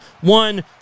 One